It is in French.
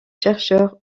chercheurs